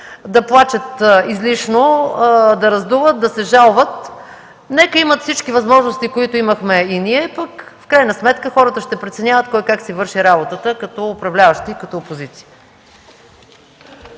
да плачат излишно, да раздуват, да се жалват. Нека имат всички възможности, които имахме и ние, пък в крайна сметка хората ще преценяват кой как си върши работата като управляващи и като опозиция.